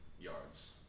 yards